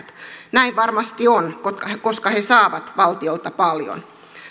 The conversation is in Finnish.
näin varmasti on koska he koska he saavat valtiolta paljon